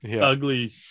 Ugly